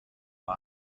war